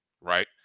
right